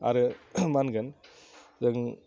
आरो मा होनगोन जों